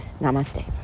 Namaste